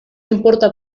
importa